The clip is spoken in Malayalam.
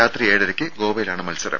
രാത്രി ഏഴരയ്ക്ക് ഗോവയിലാണ് മത്സരം